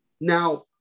Now